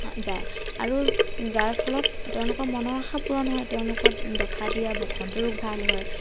যায় আৰু যাৰ ফলত তেওঁলোকৰ মনৰ আশা পূৰণ হয় তেওঁলোকৰ দেখা দিয়া বসন্ত ৰোগ ভাল হয়